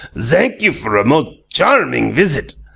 zank you for a most charming visit.